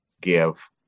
give